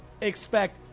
Expect